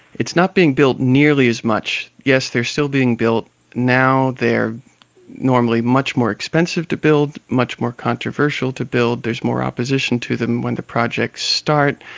it's not being built nearly as much, yes, they're still being built, now they're normally much more expensive to build, much more controversial to build, there's more opposition to them when the projects start,